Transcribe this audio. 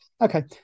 Okay